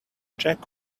check